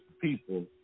people